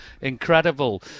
incredible